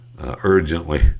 urgently